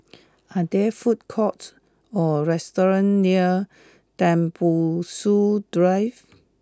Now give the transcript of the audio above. are there food courts or restaurants near Tembusu Drive